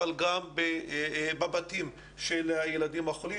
אבל גם בבתים של הילדים החולים,